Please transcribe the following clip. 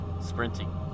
sprinting